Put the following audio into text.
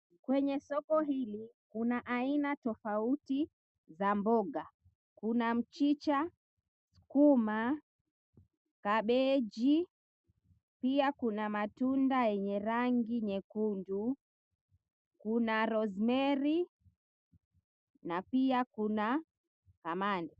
Kwenye soko hili kuna aina tofauti za mboga. Kuna mchicha, sukuma, kabeji, pia kuna matunda yenye rangi nyekundu, kuna Rosemary , na pia kuna kamani.